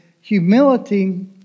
Humility